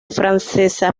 francesa